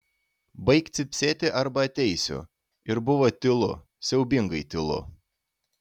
baik cypsėti arba ateisiu ir buvo tylu siaubingai tylu